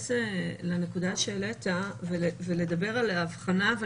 להתייחס לנקודה שהעלית ולדבר על ההבחנה אבל